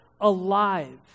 alive